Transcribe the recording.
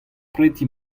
preti